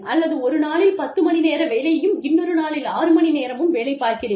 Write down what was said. அல்லது ஒரு நாளில் பத்து மணி நேர வேலையும் இன்னொரு நாளில் ஆறு மணி நேரம் வேலை பார்க்கிறேன்